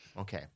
Okay